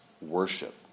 worship